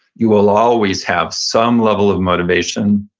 you will always have some level of motivation,